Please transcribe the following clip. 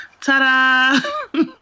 Ta-da